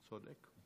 אתה צודק.